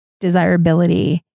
desirability